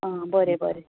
बरें बरें